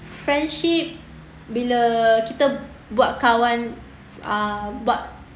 friendship bila kita buat kawan uh buat